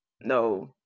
no